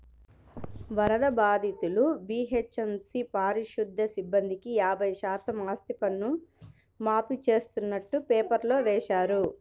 వరద బాధితులు, జీహెచ్ఎంసీ పారిశుధ్య సిబ్బందికి యాభై శాతం ఆస్తిపన్ను మాఫీ చేస్తున్నట్టు పేపర్లో వేశారు